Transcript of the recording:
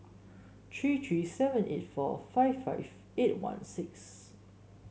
three three seven eight four five five eight one six